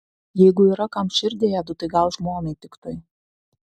jeigu yra kam širdį ėdu tai gal žmonai tiktai